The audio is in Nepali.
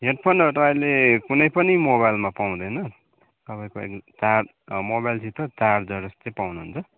हेडफोनहरू त अहिले कुनै पनि मोबाइलमा पाउँदैन तपाईँको अहिले चार्ज मोबाइलसित चार्जर चाहिँ पाउनु हुन्छ